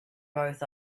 both